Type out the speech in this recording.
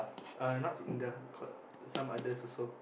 uh not Sinda got some others also